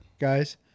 Guys